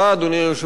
אדוני היושב-ראש,